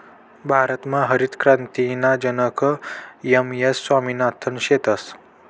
भारतमा हरितक्रांतीना जनक एम.एस स्वामिनाथन शेतस